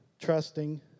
trusting